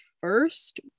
first